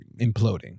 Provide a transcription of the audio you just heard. Imploding